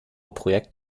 projekt